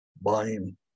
buying